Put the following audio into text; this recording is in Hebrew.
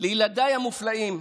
לילדיי המופלאים,